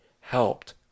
helped